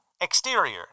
Exterior